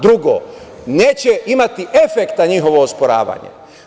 Drugo, neće imati efekta njihovo osporavanje.